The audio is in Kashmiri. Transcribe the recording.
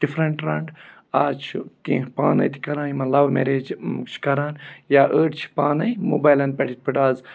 ڈِفرنٛٹ ٹرٛنٛڈ اَز چھُ کینٛہہ پانَے تہَ کَران یِمَن لَو میریج چھِ کَران یا أڑۍ چھِ پانَے موبایلَن پٮ۪ٹھ یِتھ پٲٹھۍ اَز